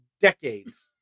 decades